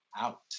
out